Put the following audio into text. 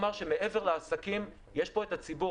מעבר לעסקים, יש פה ציבור.